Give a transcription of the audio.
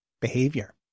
behavior